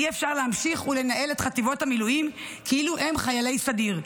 אי-אפשר להמשיך ולנהל את חטיבות המילואים כאילו הם חיילי סדיר,